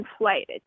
inflated